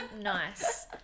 nice